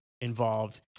Involved